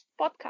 podcast